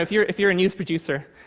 if you're if you're a news producer,